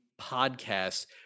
podcasts